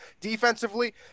Defensively